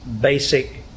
basic